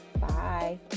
Bye